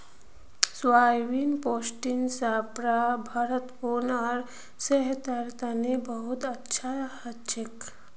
soybean protein स भरपूर आर सेहतेर तने बहुत अच्छा हछेक